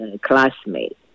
classmate